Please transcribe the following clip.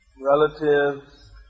relatives